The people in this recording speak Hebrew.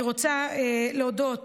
אני רוצה להודות